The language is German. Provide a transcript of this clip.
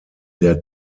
der